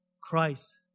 Christ